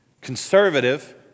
conservative